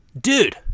dude